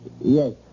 Yes